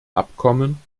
abkommen